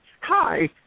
Hi